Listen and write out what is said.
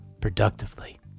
productively